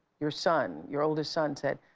your son, your oldest son said,